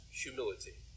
humility